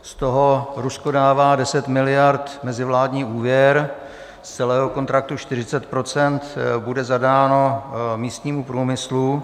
Z toho Rusko dává 10 miliard mezivládní úvěr, z celého kontraktu 40 % bude zadáno místnímu průmyslu.